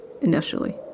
initially